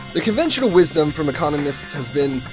the conventional wisdom from economists has been,